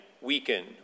weaken